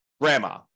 grandma